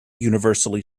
universally